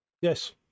Yes